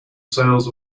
sales